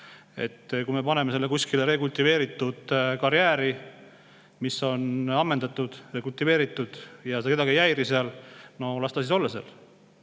Kui me paneme selle kuskile rekultiveeritud karjääri, mis on ammendatud, ja see kedagi ei häiri seal, no las ta siis olla seal.